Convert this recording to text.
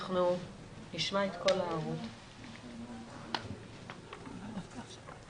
הגנה דו-צדדית גם על בתי חולים וגם על קופות החולים.